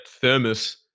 thermos